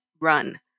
run